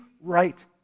right